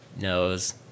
knows